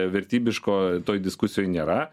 vertybiško toj diskusijoj nėra